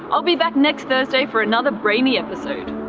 i'll be back next thursday for another brainy episode.